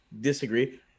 disagree